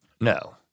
No